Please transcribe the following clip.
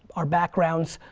our backgrounds.